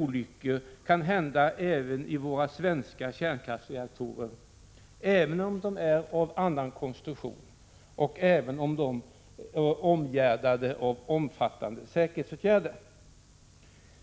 olyckor kan hända även i våra svenska kärnkraftsreaktorer, även om de är av annan konstruktion och även om de är omgärdade av omfattande säkerhetsåtgärder.